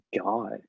God